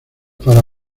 para